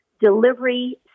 delivery